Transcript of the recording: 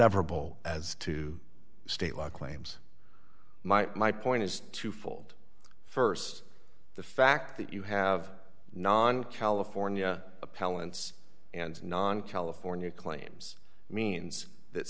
sever bowl as to state law claims my point is twofold st the fact that you have non california appellants and non california claims means that